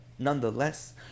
Nonetheless